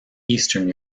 eastern